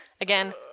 Again